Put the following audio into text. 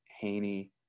Haney